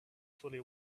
fully